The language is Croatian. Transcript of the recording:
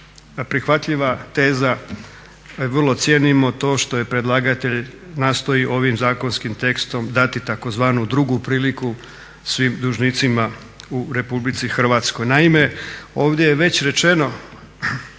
prihvatljiva teza, vrlo cijenimo to što je predlagatelj nastoji ovim zakonskim tekstom dati tzv. drugu priliku svim dužnicima u RH. Naime, ovdje